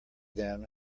them